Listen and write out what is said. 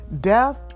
Death